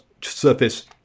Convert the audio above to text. surface